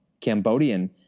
Cambodian